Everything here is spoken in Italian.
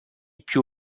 più